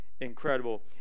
incredible